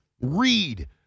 Read